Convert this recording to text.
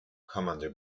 commander